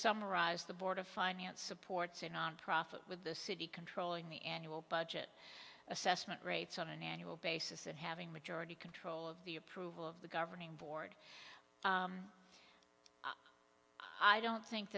summarize the board of finance supports a nonprofit with the city controlling the annual budget assessment rates on an annual basis and having majority control of the approval of the governing board i don't think